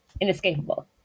inescapable